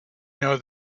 know